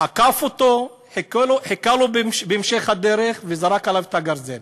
עקף אותו, חיכה לו בהמשך הדרך וזרק עליו את הגרזן.